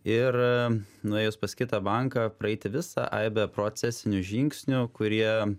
ir nuėjus pas kitą banką praeiti visą aibę procesinių žingsnių kurie